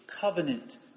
covenant